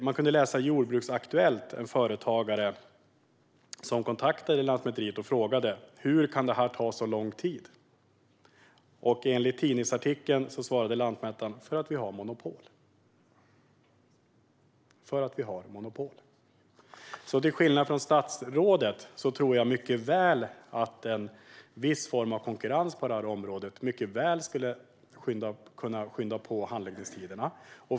Man kan läsa på Jordbruksaktuellts sida om en företagare som kontaktat Lantmäteriet och frågat varför det "skulle ta så lång tid". Enligt artikeln svarade lantmätaren: "För att vi har monopol." Jag tror alltså, till skillnad från statsrådet, att en viss form av konkurrens på området mycket väl skulle kunna skynda på handläggningstiderna.